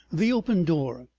the open door,